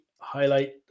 highlight